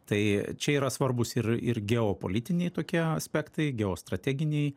tai čia yra svarbus ir ir geopolitiniai tokie aspektai geostrateginiai